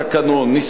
ניסוחו,